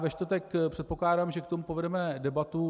Ve čtvrtek, předpokládám, k tomu povedeme debatu.